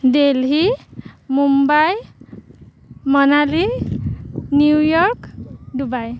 Delhi Mumbai Manali New York Dubai